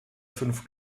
fünf